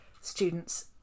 students